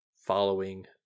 following